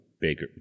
bigger